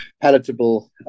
palatable